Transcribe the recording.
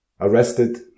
arrested